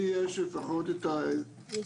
לי יש לפחות את ההזדמנות